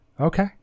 Okay